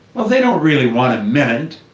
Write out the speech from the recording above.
well they don't really want a minute.